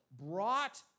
brought